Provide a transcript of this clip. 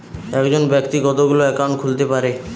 একজন ব্যাক্তি কতগুলো অ্যাকাউন্ট খুলতে পারে?